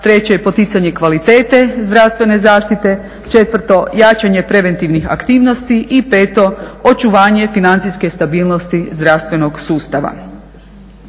treće je poticanje kvalitete zdravstvene zaštite, četvrto jačanje preventivnih aktivnosti i peto očuvanje financijske stabilnosti zdravstvenog sustava.